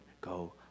go